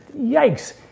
yikes